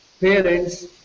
parents